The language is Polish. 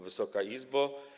Wysoka Izbo!